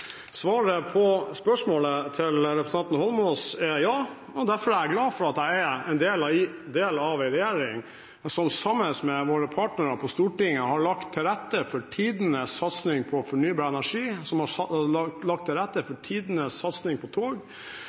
Svaret på spørsmålet til representanten Eidsvoll Holmås er ja. Derfor er jeg glad for at jeg er en del av en regjering som sammen med sine partnere på Stortinget har lagt til rette for tidenes satsing på fornybar energi, som har lagt til rette for tidenes satsing på tog,